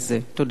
תודה רבה.